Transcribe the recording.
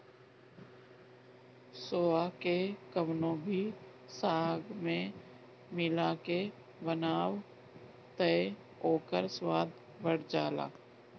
सोआ के कवनो भी साग में मिला के बनाव तअ ओकर स्वाद बढ़ जाला